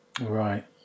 Right